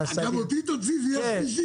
למישהו.